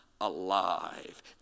alive